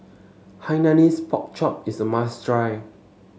Hainanese Pork Chop is a must try